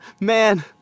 Man